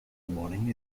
warning